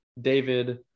David –